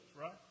right